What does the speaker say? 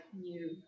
new